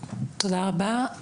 תודה רבה.